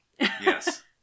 Yes